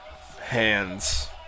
hands